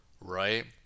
right